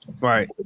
Right